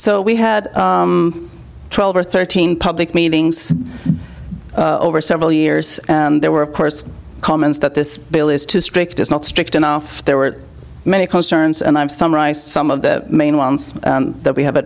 so we had twelve or thirteen public meetings over several years and there were of course comments that this bill is too strict is not strict enough there were many concerns and i'm summarizing some of the main ones that we have a